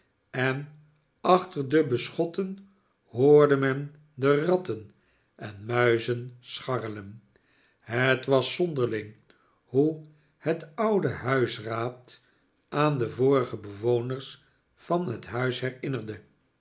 en achter de beschotten hoorde men de ratten en muizen scharrelen het was zonderling hoe het oude huisraad aan de vorige bewoners tan het huis herinnerde